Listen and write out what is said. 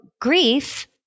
grief